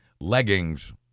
leggings